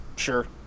sure